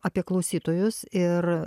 apie klausytojus ir